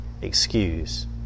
excuse